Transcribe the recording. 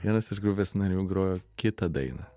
vienas iš grupės narių grojo kitą dainą